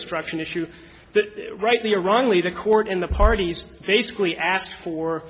instruction issue that rightly or wrongly the court in the parties basically asked for